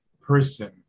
person